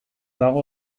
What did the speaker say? dago